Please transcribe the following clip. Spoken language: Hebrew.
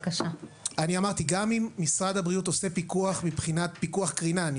אני אמרתי: אם משרד הבריאות עושה פיקוח מבחינת פיקוח קרינה אני